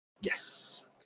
Yes